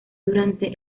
durante